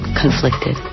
conflicted